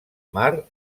mar